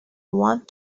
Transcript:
want